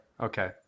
Okay